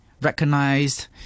recognized